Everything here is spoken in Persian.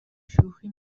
شوخی